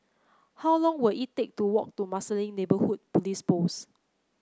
how long will it take to walk to Marsiling Neighbourhood Police Post